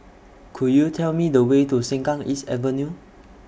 Could YOU Tell Me The Way to Sengkang East Avenue